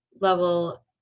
level